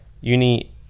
uni